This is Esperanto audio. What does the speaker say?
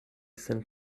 sen